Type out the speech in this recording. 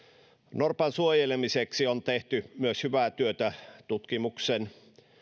norpan suojelemiseksi on tehty myös hyvää työtä tutkimuksen